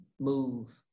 move